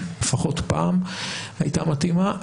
לפחות פעם הייתה מתאימה,